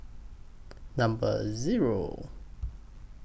Number Zero